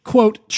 Quote